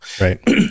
right